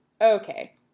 Okay